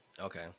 okay